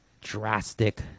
drastic